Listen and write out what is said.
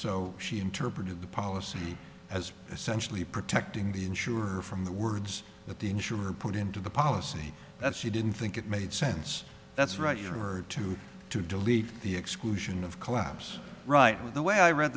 so she interpreted the policy as essentially protecting the insurer from the words that the insurer put into the policy that she didn't think it made sense that's right you heard two to delete the exclusion of collapse right with the way i read